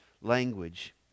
language